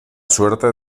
suerte